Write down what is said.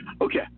Okay